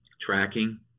tracking